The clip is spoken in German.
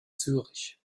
zürich